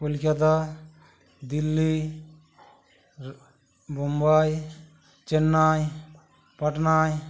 Calcutta Delhi Mumbai Chennai পাটনায়